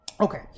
Okay